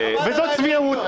וזאת צביעות.